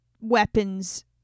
weapons